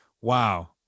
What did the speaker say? wow